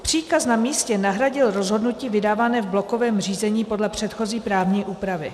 Příkaz na místě nahradil rozhodnutí vydávané v blokovém řízení podle předchozí právní úpravy.